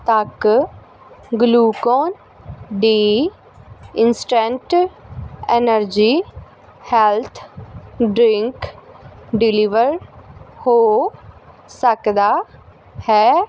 ਤੱਕ Glucon D instant energy health drink deliver ਹੋ ਸਕਦਾ ਹੈ